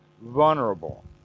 vulnerable